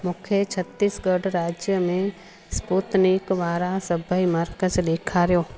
मूंखे छत्तीसगढ़ राज्य में स्पूतनिक वारा सभई मर्कज़ ॾेखारियो